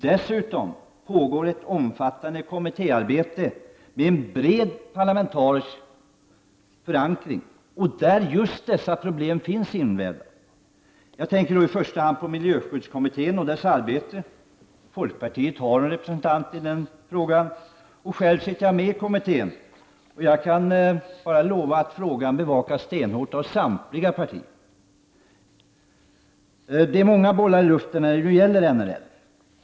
Dessutom pågår ett omfattande kommittéarbete med en bred parlamentarisk förankring, där dessa problem finns invävda. Jag tänker då i första hand på miljöskyddskommittén och dess arbete. Folkpartiet har en representant i den. Jag sitter själv med i kommittén och kan lova att frågan bevakas stenhårt av samtliga partier. Det är många bollar i luften när det gäller NRL.